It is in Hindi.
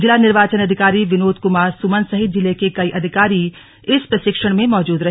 जिला निर्वाचन अधिकारी विनोद कुमार सुमन सहित जिले के कई अधिकारी इस प्रशिक्षण में मौजूद रहे